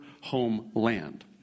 homeland